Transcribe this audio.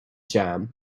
jam